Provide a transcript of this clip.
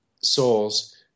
souls